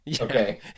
Okay